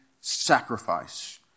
sacrifice